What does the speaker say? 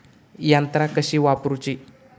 यंत्रा कशी वापरूची?